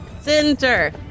Center